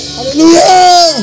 Hallelujah